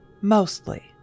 Mostly